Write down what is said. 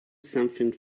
something